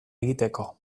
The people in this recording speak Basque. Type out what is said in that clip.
egiteko